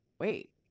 wait